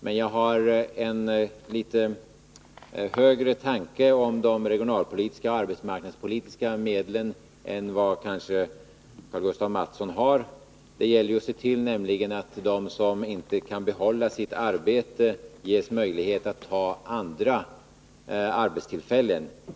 Men jag har en litet högre tanke om de regionalpolitiska och arbetsmarknadspolitiska medlen än vad Karl-Gustaf Mathsson kanske har. Det gäller nämligen att se till att de som inte kan behålla sitt arbete ges möjlighet att ta till vara andra arbetstillfällen.